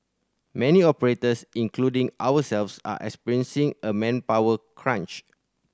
many operators including ourselves are experiencing a manpower crunch